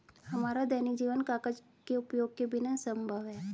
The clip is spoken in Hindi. हमारा दैनिक जीवन कागज के उपयोग के बिना असंभव है